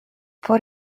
for